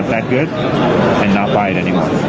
that good and not buy it anymore.